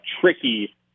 tricky